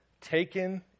taken